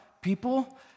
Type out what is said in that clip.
people